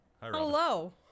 hello